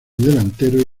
delantero